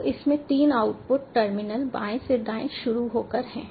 तो इसमें 3 output terminal बाएं से दाएं शुरू होकर हैं